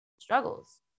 struggles